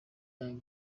young